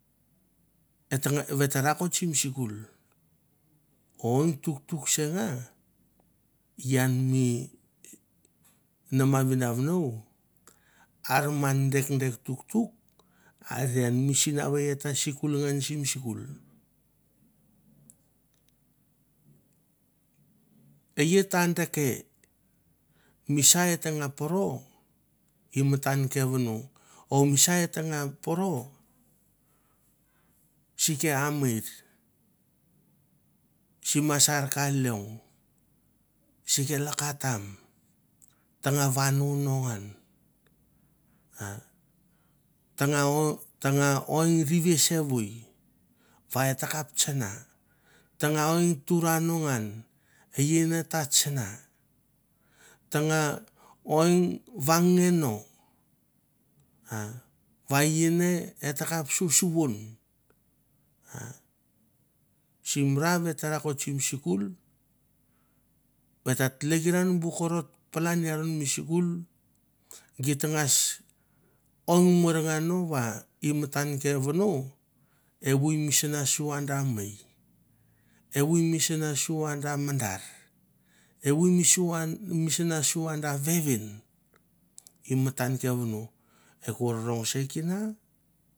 Vat te rakot simi sikul o eng tuktuk se nga an mi nama vinavonou are man dekdek tuktuk are an mi sinavei et ta sikul ngan sim sikul. E ai te deke, misa et tanga poro i matan ke vono, o misa et nga poro sike amer si me sar ka leong, sike lakatam, tanga vano no ngan, a tanga oi rivi sevoi va e takap tsana, tanga oi tura no ngan, e i ne ta tsanga, tanga oi vang nge no a va i ne et takap so suvon sim ra vat rakot sim sikul, vat ta tlekeran bu korot palan i aron mi skul. Git tangas ong morngan no va i matan ke vono evoi misna sua da mei, evoi misna sua da mandar, evoi sua misna sua da vevin i matan ke vono, e ke rong se kina.